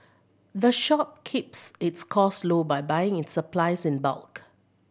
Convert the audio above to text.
the shop keeps its cost low by buying its supplies in bulk